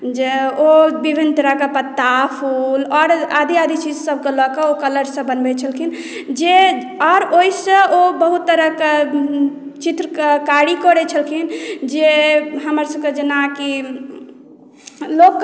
जे ओ विभिन्न तरहके पत्ता फूल आओर आदि आदि चीजसभके लऽ कऽ ओ कलरसभ बनबैत छलखिन जे आओर ओहिसँ ओ बहुत तरहक चित्रकारी करैत छलखिन जे हमरा सभके जेनाकि लोक